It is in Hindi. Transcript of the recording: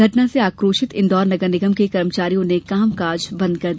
घटना से आक्रोशित इंदौर नगर निगम के कर्मचारियों ने कामकाज बंद कर दिया